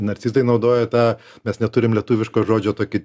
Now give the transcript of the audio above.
narcizai naudoja tą mes neturim lietuviško žodžio tokį